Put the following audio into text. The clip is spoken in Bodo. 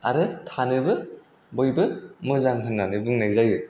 आरो थानोबो बयबो मोजां होन्नानै बुंनाय जायो